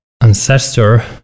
ancestor